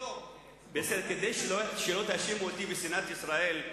כדי שלא תאשימו אותי בשנאת ישראל,